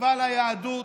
קרבה ליהדות,